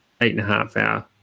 eight-and-a-half-hour